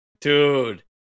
Dude